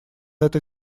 этой